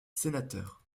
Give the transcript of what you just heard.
sénateur